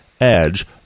Edge